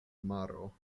maro